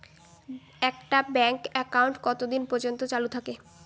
একটা bank account কতদিন পর্যন্ত চালু থাকে?